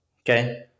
okay